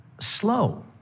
slow